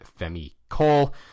Femi-Cole